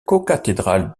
cocathédrale